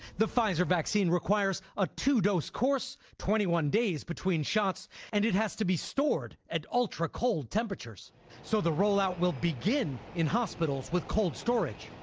the pfizer vaccine requires a two-dose course, twenty one days between shots and it has to be stored at ultra cold temperatures so the rollout will begin in hospitals with cold storage.